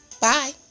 Bye